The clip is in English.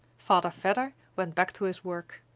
father vedder went back to his work.